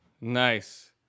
Nice